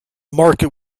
market